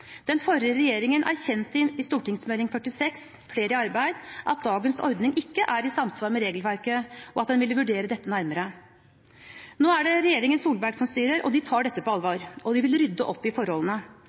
Den forrige regjeringen erkjente i Meld. St. 46 for 2012–2013 Flere i arbeid at dagens ordning ikke er i samsvar med regelverket, og at en ville vurdere dette nærmere. Nå er det regjeringen Solberg som styrer, og de tar dette på